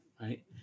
right